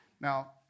Now